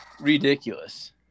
ridiculous